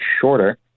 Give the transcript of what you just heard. shorter